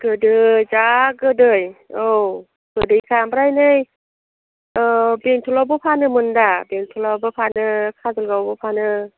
गोदै जा गोदै औ गोदैखा ओमफ्राय नै बेंटलआवबो फानोमोन दा बेंटलआवबो फानो काजलगावआवबो फानो